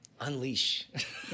unleash